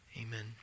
Amen